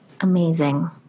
amazing